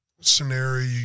scenario